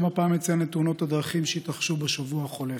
גם הפעם אציין את תאונות הדרכים הקטלניות שהתרחשו בשבוע החולף.